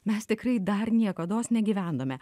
mes tikrai dar niekados negyvenome